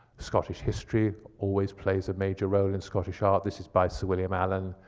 scottish history always plays a major role in scottish art. this is by sir william allan,